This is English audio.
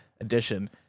edition